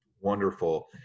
Wonderful